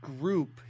group